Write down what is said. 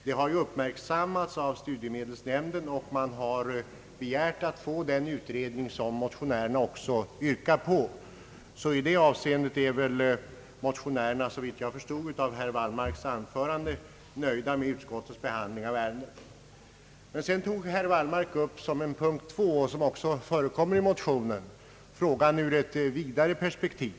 Detta har uppmärksammats av studiemedelsnämnden, och man har begärt att få en sådan utredning som motionärerna också yrkat på. I det avseendet är väl motionärerna, såvitt jag förstår av herr Wallmarks anförande, nöjda med utskottets behandling av ärendet. Den andra saken, som herr Wallmark tog upp som punkt nr 2 i sitt anförande och som också berörs i motionerna, gäller ett vidare perspektiv.